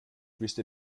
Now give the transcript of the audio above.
wüsste